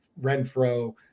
renfro